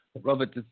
Robert